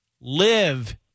live